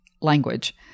language